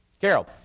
Carol